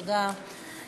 תודה.